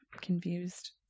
confused